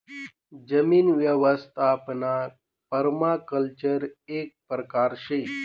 जमीन यवस्थापनना पर्माकल्चर एक परकार शे